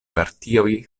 partioj